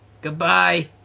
Goodbye